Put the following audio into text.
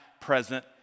present